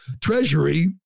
treasury